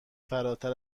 فراتر